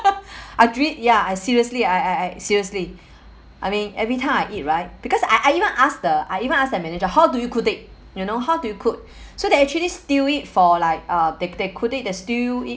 agreed ya I seriously I I I seriously I mean every time I eat right because I I even asked the I even asked the manager how do you cook it you know how do you cook so they actually stew it for like uh they they cook it they stew it